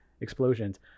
explosions